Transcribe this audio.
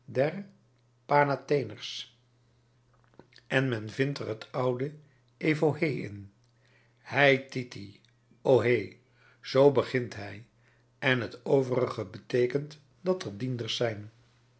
panatheners en men vindt er het oude evohé in hei titi o hee zoo begint hij en het overige beteekent dat er dienders zijn